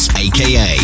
aka